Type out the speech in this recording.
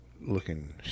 looking